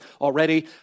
already